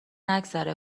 نگذره